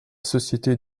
société